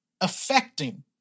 affecting